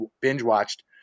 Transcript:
binge-watched